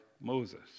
Moses